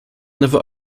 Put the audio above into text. never